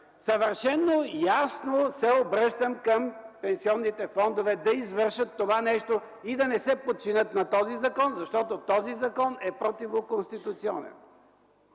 Съвършено ясно се обръщам към пенсионните фондове да извършат това нещо и да не се подчинят на този закон, защото този закон е противоконституционен.